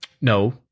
No